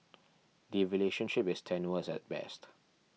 the relationship is tenuous at best